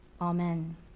Amen